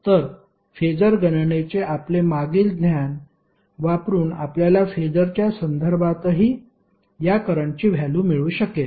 तर फेसर गणनेचे आपले मागील ज्ञान वापरुन आपल्याला फेसरच्या संदर्भातही या करंटची व्हॅल्यु मिळू शकेल